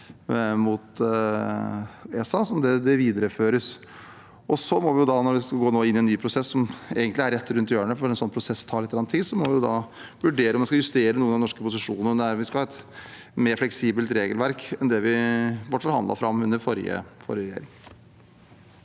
mot ESA. Det videreføres. Når vi nå skal gå inn i en ny prosess, som egentlig er rett rundt hjørnet – for en slik prosess tar litt tid – må vi vurdere om vi skal justere noen av de norske posisjonene, og om vi skal ha et mer fleksibelt regelverk enn det som ble forhandlet fram under forrige regjering.